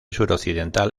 suroccidental